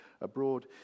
abroad